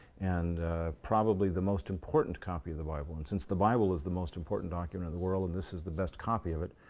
and probably the most important copy of the bible. and since the bible is the most important document in the world, and this is the best copy of it,